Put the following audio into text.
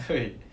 对